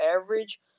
average